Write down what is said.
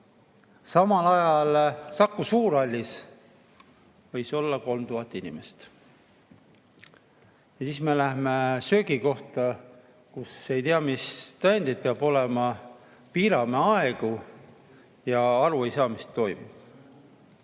Samal ajal Saku Suurhallis võis koos olla 3000 inimest. Ja siis me läheme söögikohta, kus peavad ei tea mis tõendid olema, piirame aegu ja aru ei saa, mis toimub.